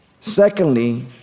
Secondly